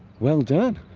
well done